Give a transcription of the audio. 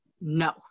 no